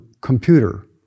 computer